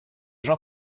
jean